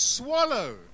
Swallow